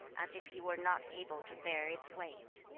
as if he were not able to bear its weight.